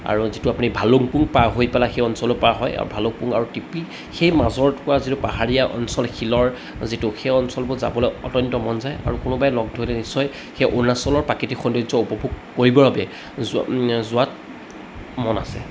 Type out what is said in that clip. আৰু যিটো আপুনি ভালকপুং পাৰ হৈ পেলাই সেই অঞ্চলো পাৰ হৈ আৰু ভালকপুং আৰু টিপি সেই মাজৰ পৰা যিটো পাহাৰীয়া অঞ্চল শিলৰ যিটো সেই অঞ্চলবোৰ যাবলৈ অত্যন্ত মন যায় আৰু কোনোবাই লগ ধৰিলে নিশ্চয় সেই অৰুণাচলৰ প্ৰাকৃতিক সৌন্দৰ্য্য় উপভোগ কৰিবৰ বাবে যোৱাত মন আছে